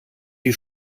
die